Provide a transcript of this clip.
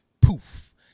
poof